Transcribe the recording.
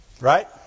Right